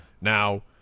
now